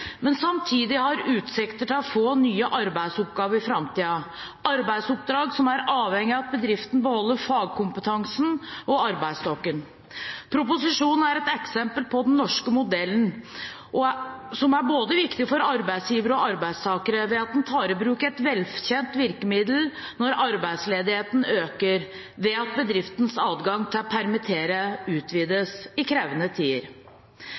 men som samtidig har utsikter til å få nye arbeidsoppdrag i framtiden, arbeidsoppdrag som er avhengig av at bedriften beholder fagkompetansen og arbeidsstokken. Proposisjonen er et eksempel på den norske modellen, som er viktig for både arbeidsgivere og arbeidstagere ved at den tar i bruk et velkjent virkemiddel når arbeidsledigheten øker: bedriftens adgang til å permittere utvides i krevende tider.